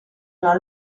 una